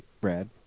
Brad